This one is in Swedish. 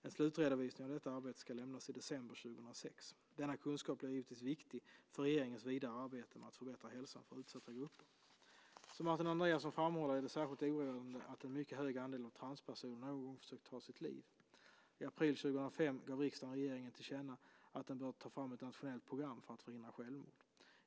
En slutredovisning av detta arbete ska lämnas i december 2006. Denna kunskap blir givetvis viktig för regeringens vidare arbete med att förbättra hälsan för utsatta grupper. Som Martin Andreasson framhåller är det särskilt oroande att en mycket hög andel av transpersonerna någon gång försökt ta sitt liv. I april 2005 gav riksdagen regeringen till känna att den bör ta fram ett nationellt program för att förhindra självmord.